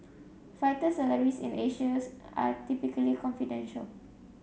fighter salaries in Asia's are typically confidential